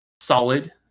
Solid